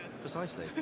Precisely